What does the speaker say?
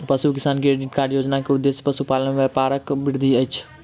पशु किसान credit card योजना के उद्देश्य पशुपालन व्यापारक वृद्धि अछि